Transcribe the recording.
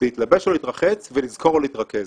להתלבש או להתרחץ ולזכור או להתרכז.